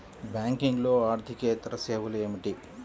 బ్యాంకింగ్లో అర్దికేతర సేవలు ఏమిటీ?